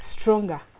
stronger